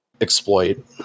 exploit